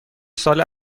سال